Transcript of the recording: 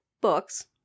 books